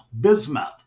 Bismuth